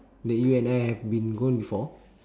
that you and I have been gone before